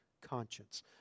conscience